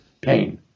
pain